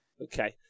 Okay